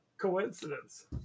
Coincidence